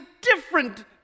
different